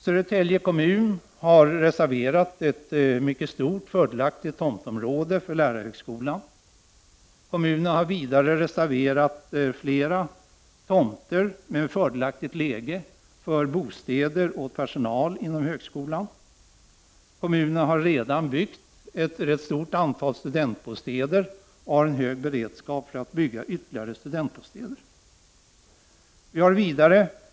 Södertälje kommun har reserverat ett mycket stort och fördelaktigt tomtområde för lärarhögskolan. Kommunen har vidare reserverat flera tomter med fördelaktigt läge för bostäder åt personal inom högskolan. Kommunen har redan byggt ett stort antal studentbostäder och har en hög beredskap för att bygga ytterligare sådana.